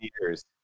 years